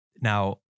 Now